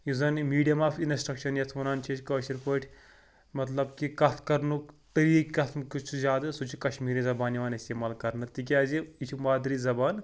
یُس زَنہٕ یہِ میٖڈیَم آف اِنَسٹرٛکشَن یَتھ وَنان چھِ أسۍ کٲشِر پٲٹھۍ مطلب کہِ کَتھ کَرنُک طریٖقہٕ کَتھ چھُ زیادٕ سُہ چھِ کشمیٖری زبانہِ یِوان استعمال کرنہٕ تِکیٛازِ یہِ چھِ مادری زبان